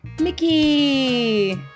Mickey